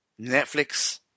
Netflix